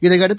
இதையடுத்து